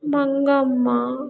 Mangamma